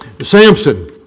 Samson